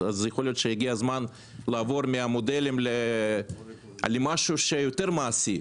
אז יכול להיות שהגיע הזמן לעבור ממודלים למשהו יותר מעשי,